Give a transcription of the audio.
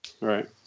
right